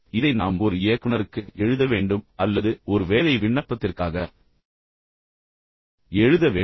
இதை நாம் ஒரு இயக்குனருக்கு எழுத வேண்டும் அல்லது ஒரு வேலை விண்ணப்பத்திற்காக எழுத வேண்டும் நமக்கு வித்தியாசம் தெரியவில்லை